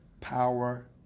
power